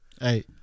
Hey